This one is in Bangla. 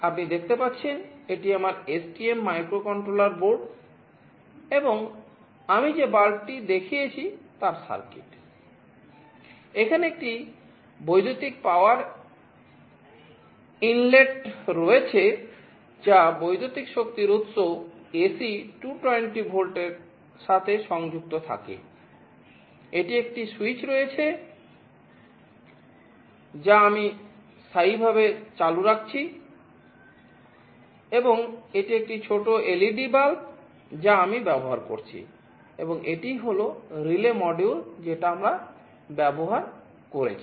আপনি দেখতে পাচ্ছেন এটি আপনার STM মাইক্রোকন্ট্রোলার যা আমি ব্যবহার করছি এবং এটিই হল রিলে মডিউল যেটা আমরা ব্যবহার করছি